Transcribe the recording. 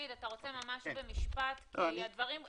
זה ראשית